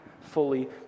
fully